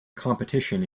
competition